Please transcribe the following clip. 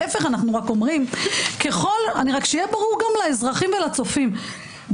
רק שיהיה ברור גם לאזרחים ולצופים,